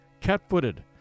cat-footed